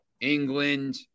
England